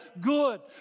good